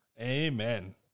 Amen